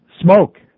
smoke